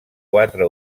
quatre